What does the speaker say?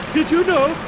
did you know?